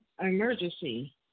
emergency